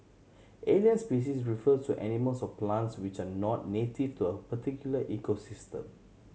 alien species refers to animals or plants which are not native to a particular ecosystem